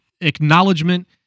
acknowledgement